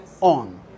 on